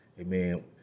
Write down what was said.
Amen